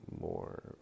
more